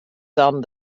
dan